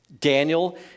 Daniel